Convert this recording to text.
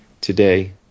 today